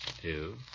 two